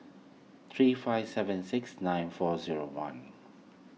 three five seven six nine four zero one